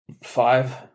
Five